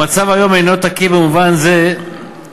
המצב היום אינו תקין במובן זה שלמעשה,